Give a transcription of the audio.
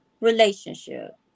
relationship